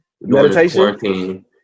Meditation